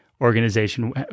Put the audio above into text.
organization